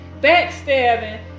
backstabbing